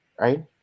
right